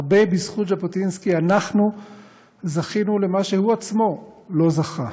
הרבה בזכות ז'בוטינסקי אנחנו זכינו למה שהוא עצמו לא זכה,